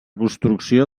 construcció